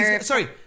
sorry